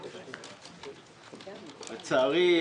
לצערי,